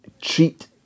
treat